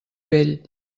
vell